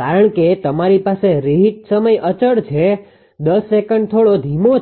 કારણ કે તમારી પાસે રીહિટ સમય અચળ છે 10 સેકન્ડ થોડો ધીમો છે